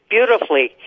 beautifully